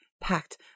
packed